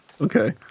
Okay